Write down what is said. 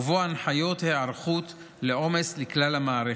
ובו הנחיות היערכות לעומס לכלל המערכת,